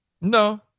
no